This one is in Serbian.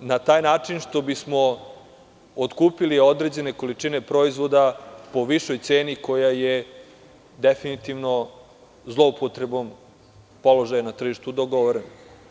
na taj način što bismo otkupili određene količine proizvoda po višoj ceni, koja je definitivno zloupotrebom položaja na tržištu dogovorena.